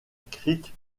crique